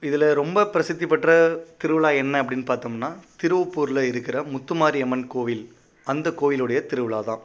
இதில் ரொம்ப பிரசித்தி பெற்ற திருவிழா என்ன அப்படின்னு பார்த்தோம்னா திருவப்பூரில் இருக்கின்ற முத்துமாரியம்மன் கோவில் அந்த கோவிலுடைய திருவிழா தான்